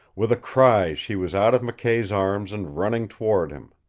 with a cry she was out of mckay's arms and running toward him.